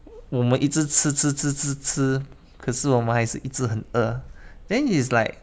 我们一直吃吃吃吃吃可是我们还是一直很饿 then is like